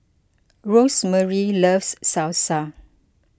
Rosemarie loves Salsa